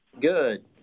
Good